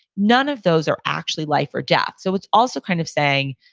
none of those are actually life or death so it's also kind of saying,